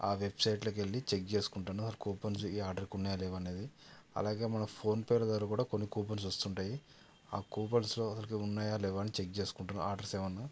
ఆ వెబ్సైట్లోకి వెళ్ళి చెక్ చేసుకుంటాను అసలు కూపన్స్ ఈ ఆర్డర్కి ఉన్నాయా లేవా అనేది అలాగే మనం ఫోన్పేల ద్వారా కూడా కొన్ని కూపన్స్ వస్తుంటాయి ఆ కూపన్స్లో అసలు ఉన్నాయా లేవా అని చెక్ చేసుకుంటాను ఆర్డర్స్ ఏమైనా